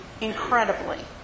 incredibly